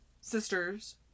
sister's